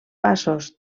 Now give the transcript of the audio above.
passos